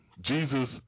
Jesus